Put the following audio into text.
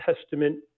Testament